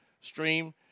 Stream